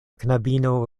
knabino